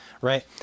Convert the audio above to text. right